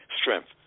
strength